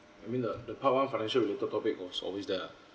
I mean the the part one financial related topic was always there